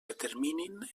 determinin